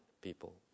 people